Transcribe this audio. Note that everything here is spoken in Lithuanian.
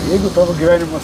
jeigu tavo gyvenimas